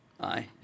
Aye